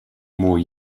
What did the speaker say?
more